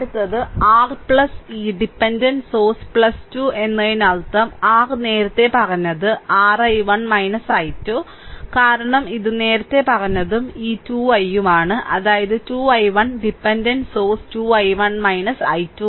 അടുത്തത് r ഈ dependent source 2 2 എന്നതിനർത്ഥം r നേരത്തെ പറഞ്ഞത് r I1 I2 കാരണം ഇത് നേരത്തെ പറഞ്ഞതും ഇത് 2 i ഉം ആണ് അതായത് 2 I1 dependent source 2 I1 I2